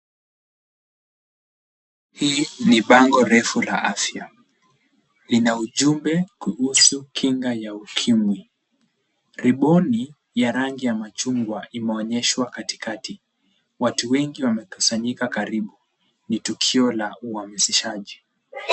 Hii ni bango refu la afya. Lina ujumbe kuhusu kinga ya Ukimwi. Riboni ya rangi ya machungwa imeonyeshwa katikati. Watu wengi wamekusanyika karibu. Ni tukio la uhamasishaji.